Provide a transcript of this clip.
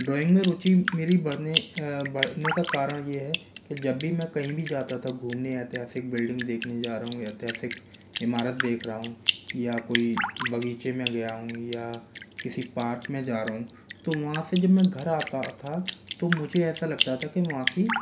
drawing में रूचि मेरी बढ़ने बढ़ने का कारण यह है कि जब भी मैं कहीं भी जाता था घूमने या ऐतिहासिक बिल्डिंग देखने जा रहा हूँ या ऐतिहासिक ईमारत देख रहा हूँ या कोई बगीचे में गया हूँ या किसी पार्क में जा रहा हूँ तो वहाँ से जब मैं घर आता था तो मुझे ऐसा लगता था कि वहाँ की